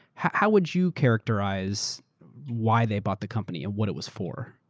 how would you characterize why they bought the company and what it was for?